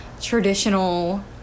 traditional